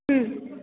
हं